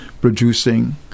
producing